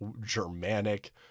Germanic